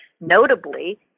notably